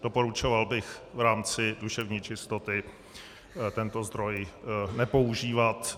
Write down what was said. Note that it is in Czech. Doporučoval bych v rámci duševní čistoty tento zdroj nepoužívat.